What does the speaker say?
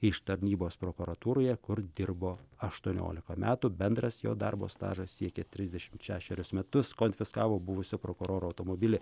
iš tarnybos prokuratūroje kur dirbo aštuoniolika metų bendras jo darbo stažas siekė trisdešim šešerius metus konfiskavo buvusio prokuroro automobilį